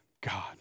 God